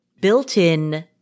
built-in